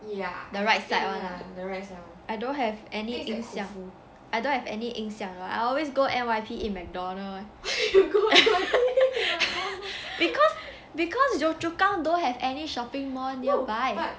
the right side [one] ah I don't have any 印象 I don't have any 印象 I always go N_Y_P eat McDonald because because yio chu kang don't have any shopping mall nearby